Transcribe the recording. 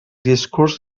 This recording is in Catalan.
discurs